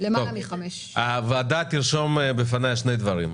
למעלה מחמש --- הוועדה תרשום בפניה שני דברים.